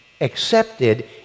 Accepted